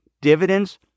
dividends